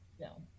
No